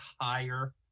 higher